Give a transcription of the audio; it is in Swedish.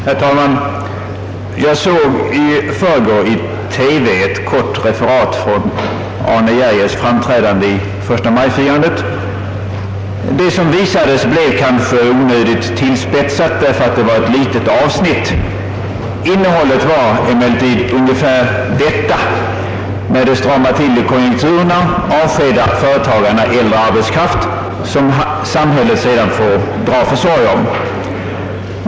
Herr talman! Jag såg i förrgår i TV ett kort avsnitt av Arne Geijers framträdande i förstamajfirandet. Det som visades blev kanske onödigt tillspetsat därför att det var ett litet avsnitt — innehållet var emellertid ungefär detta: när det stramar till i konjunkturerna avskedar företagarna äldre arbetskraft, som samhället sedan får dra försorg om.